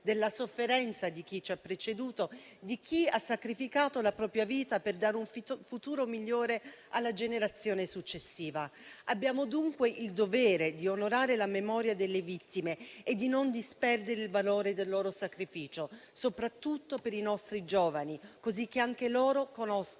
della sofferenza di chi ci ha preceduto, di chi ha sacrificato la propria vita per dare un futuro migliore alla generazione successiva. Abbiamo dunque il dovere di onorare la memoria delle vittime e di non disperdere il valore del loro sacrificio, soprattutto per i nostri giovani, così che anche loro conoscano